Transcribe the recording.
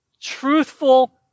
truthful